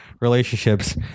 relationships